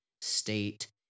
state